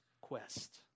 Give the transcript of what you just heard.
quest